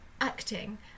acting